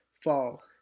fall